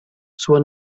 zur